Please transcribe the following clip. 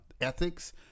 ethics